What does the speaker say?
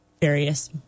various